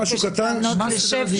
אני מבקש לענות לו.